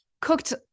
cooked